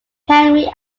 henry